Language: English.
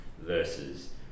versus